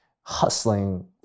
hustling